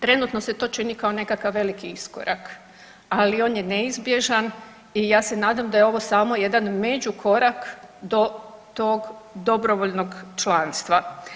Trenutno se to čini kao nekakav veliki iskorak, ali on je neizbježan i ja se nadam da je ovo samo jedan međukorak do tog dobrovoljnog članstva.